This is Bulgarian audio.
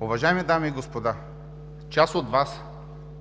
Уважаеми дами и господа, част от Вас,